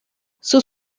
son